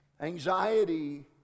Anxiety